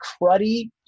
cruddy